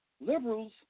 liberals